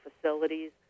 facilities